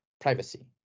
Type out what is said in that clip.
privacy